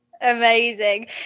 Amazing